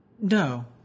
No